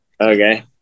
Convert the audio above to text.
Okay